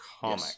comic